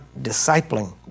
discipling